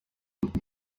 amwe